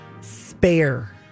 Spare